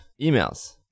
emails